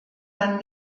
dann